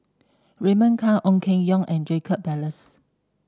Raymond Kang Ong Keng Yong and Jacob Ballas